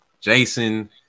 Jason